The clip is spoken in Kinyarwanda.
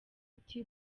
ati